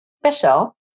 special